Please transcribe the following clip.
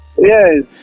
Yes